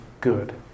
good